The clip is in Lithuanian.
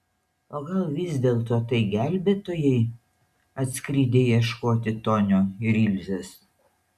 o gal vis dėlto tai gelbėtojai atskridę ieškoti tonio ir ilzės